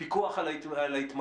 פיקוח על ההתמגנות.